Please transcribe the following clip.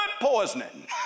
poisoning